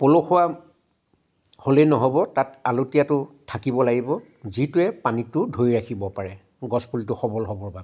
পলসুৱা হ'লেই নহ'ব তাত আলতীয়াটো থাকিব লাগিব যিটোৱে পানীটো ধৰি ৰাখিব পাৰে গছপুলিটো সৱল হ'ব বাবে